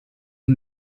und